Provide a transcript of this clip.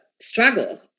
struggle